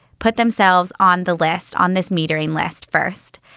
put themselves on the list on this metering list first.